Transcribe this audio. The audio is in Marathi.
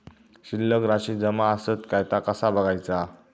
शिल्लक राशी जमा आसत काय ता कसा बगायचा?